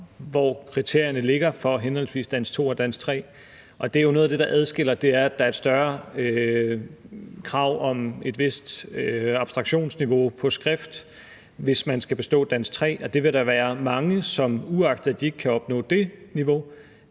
hvor kriterierne ligger for henholdsvis Dansk 2 og Dansk 3, og det er jo noget af det, der adskiller: Det er, at der er et større krav om et vist abstraktionsniveau på skrift, hvis man skal bestå Dansk 3. Og der vil være mange, som – uagtet at de ikke kan opnå dét niveau